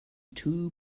too